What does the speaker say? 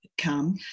come